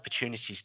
opportunities